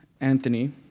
Anthony